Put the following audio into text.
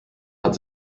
hat